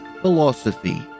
Philosophy